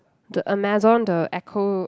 the Amazon the echo